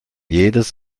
jedes